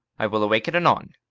i will awake it anon.